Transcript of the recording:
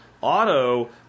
auto